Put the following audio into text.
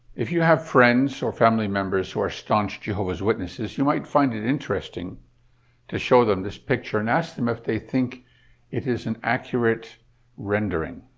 if you have friends or family members who are staunch jehovah's witnesses, you might find it interesting to show them this picture and ask them if they think it is an accurate rendering?